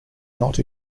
not